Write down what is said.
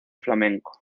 flamenco